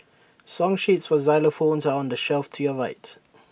song sheets for xylophones are on the shelf to your right